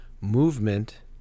movement